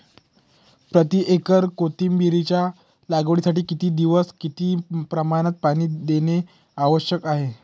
प्रति एकर कोथिंबिरीच्या लागवडीसाठी किती दिवस किती प्रमाणात पाणी देणे आवश्यक आहे?